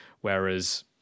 Whereas